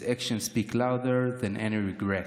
/ His actions speak louder than any regret.